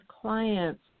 clients